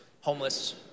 homeless